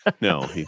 No